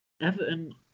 Everton